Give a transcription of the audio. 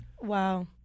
Wow